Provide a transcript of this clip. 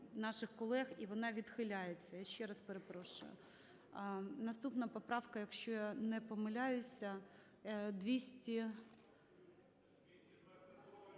Наступна поправка, якщо я не помиляюся,